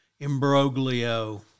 Imbroglio